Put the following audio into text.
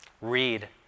Read